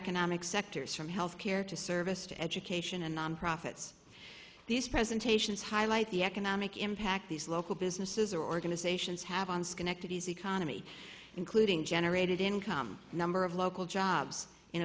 economic sectors from health care to service to education and non profits these presentations highlight the economic impact these local businesses are organizations have on schenectady as economy including generated income number of local jobs